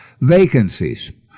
vacancies